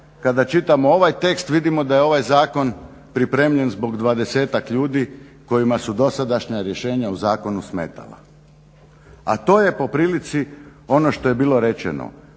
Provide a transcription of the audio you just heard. kada čitamo ovaj tekst vidimo da je ovaj zakon pripremljen zbog dvadesetak ljudi kojima su dosadašnja rješenja u zakonu smetala. A to je poprilici ono što je bilo rečeno,